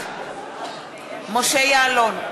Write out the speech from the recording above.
משה יעלון,